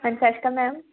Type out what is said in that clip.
ਹਾਂਜੀ ਸਤਿ ਸ਼੍ਰੀ ਅਕਾਲ ਮੈਮ